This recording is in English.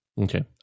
Okay